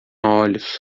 olhos